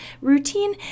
routine